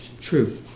true